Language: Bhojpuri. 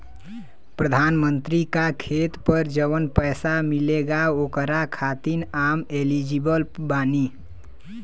प्रधानमंत्री का खेत पर जवन पैसा मिलेगा ओकरा खातिन आम एलिजिबल बानी?